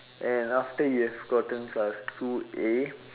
and after you have gotten class two A